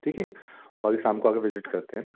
ठीक है अभी शाम को आ कर विज़िट करते हैं